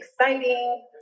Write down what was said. exciting